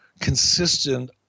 consistent